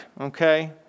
okay